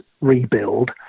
rebuild